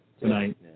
tonight